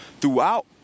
throughout